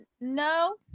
no